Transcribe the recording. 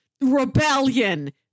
rebellion